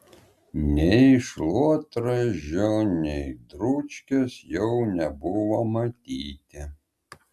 nei šluotražio nei dručkės jau nebuvo matyti